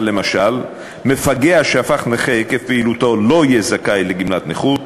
למשל מפגע שהפך נכה עקב פעילותו לא יהיה זכאי לגמלת נכות,